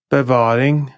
Bevaring